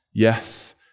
Yes